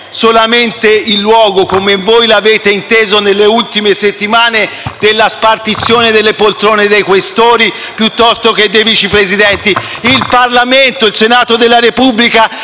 solamente il luogo, come voi l'avete inteso nelle ultime settimane, della spartizione delle poltrone dei Questori piuttosto che dei Vice Presidenti. Il Parlamento, il Senato della Repubblica,